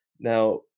Now